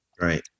Right